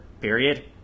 period